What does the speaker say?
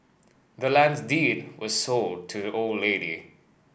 the land's deed was sold to the old lady